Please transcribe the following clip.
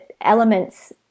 elements